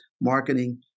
marketing